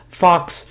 Fox